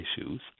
issues